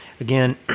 Again